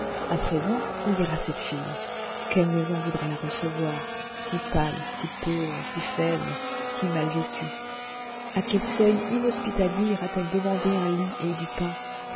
à présent où ira cette fille quelle maison voudra la recevoir si pâle si pauvre si faible si mal vêtue à quel seuil inhospitalier ira t elle demander un lit et du pain